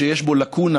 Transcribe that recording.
שיש בו לקונה,